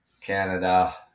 Canada